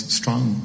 strong